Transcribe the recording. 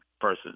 person